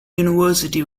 university